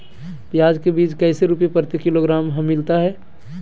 प्याज के बीज कैसे रुपए प्रति किलोग्राम हमिलता हैं?